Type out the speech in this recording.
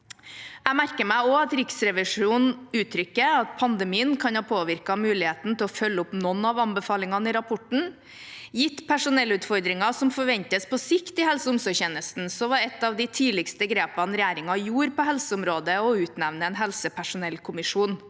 Jeg merker meg også at Riksrevisjonen uttrykker at pandemien kan ha påvirket muligheten til å følge opp noen av anbefalingene i rapporten. Gitt personellutfordringer som forventes på sikt i helse- og omsorgstjenesten, var et av de tidligste grepene regjeringen gjorde på helseområdet, å utnevne en helsepersonellkommisjon.